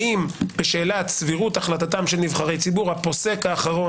האם בשאלת סבירות החלטת נבחרי ציבור הפוסק האחרון